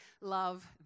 love